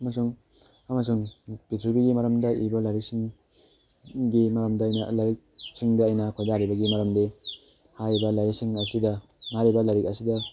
ꯑꯃꯁꯨꯡ ꯑꯃꯁꯨꯡ ꯄꯤꯊ꯭ꯔꯤꯕꯤꯒꯤ ꯃꯔꯝꯗ ꯏꯕ ꯂꯥꯏꯔꯤꯛꯁꯤꯡꯒꯤ ꯃꯔꯝꯗ ꯑꯩꯅ ꯂꯥꯏꯔꯤꯛꯁꯤꯡꯗ ꯑꯩꯅ ꯈꯣꯏꯗꯥꯔꯤꯕꯒꯤ ꯃꯔꯝꯗꯤ ꯍꯥꯏꯔꯤꯕ ꯂꯥꯏꯔꯤꯛꯁꯤꯡ ꯑꯁꯤꯗ ꯍꯥꯏꯔꯤꯕ ꯂꯥꯏꯔꯤꯛ ꯑꯁꯤꯗ